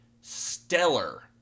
stellar